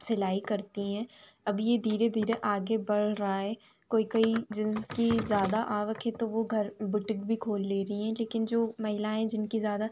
सिलाई करती हैं अब धीरे धीरे आगे बढ़ रहा है कोई कोई जिनकी ज़्यादा आय है तो वो घर बुटीक भी खोल ले रही हैं लेकिन जो महिलाएँ जिनकी ज़्यादा